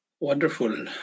Wonderful